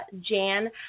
Jan